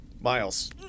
Miles